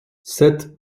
sept